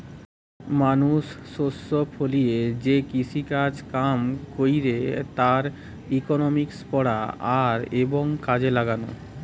মানুষ শস্য ফলিয়ে যে কৃষিকাজ কাম কইরে তার ইকোনমিক্স পড়া আর এবং কাজে লাগালো